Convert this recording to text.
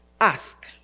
ask